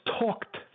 talked